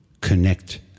Connect